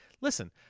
listen